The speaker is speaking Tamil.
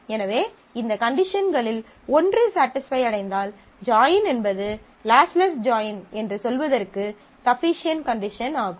எனவே இந்த கண்டிஷன்களில் ஒன்று ஸடிஸ்ஃபை அடைந்தால் ஜாயின் என்பது லாஸ்லெஸ் ஜாயின் என்று சொல்வதற்கு சஃபிசியன்ட் கண்டிஷன் ஆகும்